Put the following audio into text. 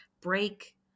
break